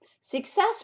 success